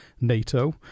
NATO